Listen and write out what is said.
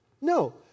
No